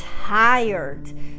tired